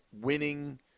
winning